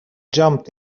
jumped